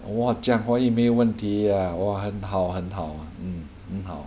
我讲华语没有问题 ah 我很好很好 mm 很好